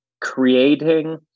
creating